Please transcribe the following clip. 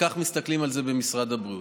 כך מסתכלים על זה במשרד הבריאות.